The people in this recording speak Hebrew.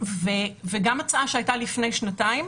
גם הצעה שהיתה לפני שנתיים